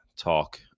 talk